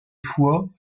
fois